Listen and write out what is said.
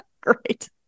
Great